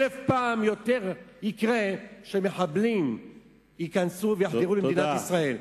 אלף פעם יותר יקרה שמחבלים ייכנסו ויחדרו למדינת ישראל.